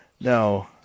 no